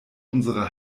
unsere